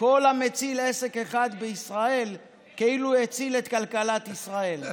כל המציל עסק אחד בישראל כאילו הציל את כלכלת ישראל.